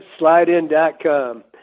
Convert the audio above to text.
Slidein.com